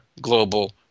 global